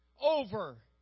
over